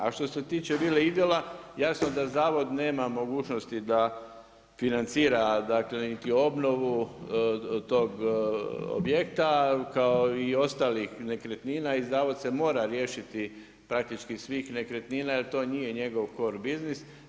A što se tiče … jasno da zavod nema mogućnosti da financira niti obnovu tog objekta kao i ostalih nekretnina i zavod se mora riješiti praktički svih nekretnina jer to nije njegov core biznis.